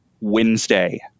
Wednesday